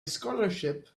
scholarship